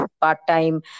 part-time